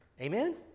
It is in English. Amen